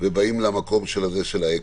ובאים למקום האקשן.